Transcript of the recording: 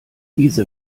diese